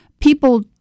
People